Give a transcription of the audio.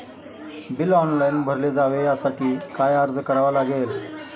Bill online भरले जावे यासाठी काय अर्ज करावा लागेल?